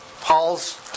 Paul's